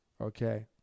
Okay